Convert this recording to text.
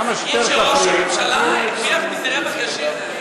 להגיד שראש הממשלה הרוויח מזה רווח ישיר?